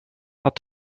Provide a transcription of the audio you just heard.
had